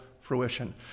fruition